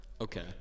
Okay